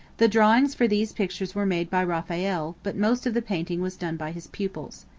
the drawings for these pictures were made by raphael, but most of the painting was done by his pupils.